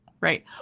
right